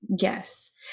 Yes